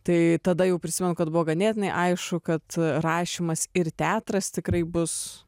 tai tada jau prisimenu kad buvo ganėtinai aišku kad rašymas ir teatras tikrai bus